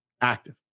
active